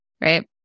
right